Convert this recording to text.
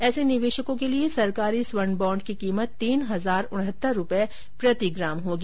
ऐसे निवेशकों के लिए सरकारी स्वर्ण बॉण्ड की कीमत तीन हजार उनहत्तर रुपए प्रति ग्राम होगी